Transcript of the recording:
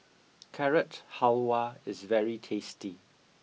carrot halwa is very tasty